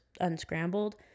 unscrambled